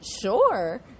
sure